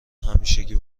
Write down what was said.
همیشگی